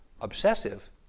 obsessive